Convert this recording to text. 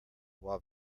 while